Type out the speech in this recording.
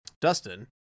Dustin